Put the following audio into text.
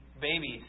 babies